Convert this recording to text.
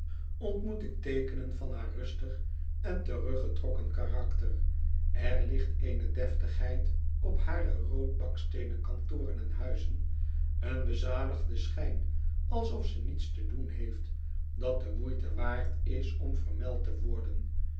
ontmoet ik teekenen van haar rustig en teruggetrokken karakter er ligt eene deftigheid op hare rood baksteenen kantoren en huizen een bezadigde schijn alsof ze niets te doen heeft dat de moeite waard is om vermeld te worden